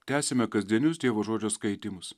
tęsiame kasdienius dievo žodžio skaitymus